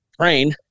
train